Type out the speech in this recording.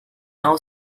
now